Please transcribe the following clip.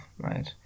right